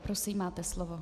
Prosím, máte slovo.